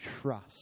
trust